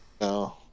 No